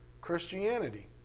Christianity